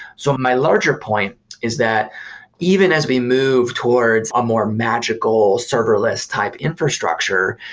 so um my larger point is that even as we move towards a more magical serverless type infrastructure,